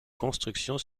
constructions